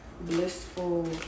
blissful